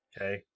Okay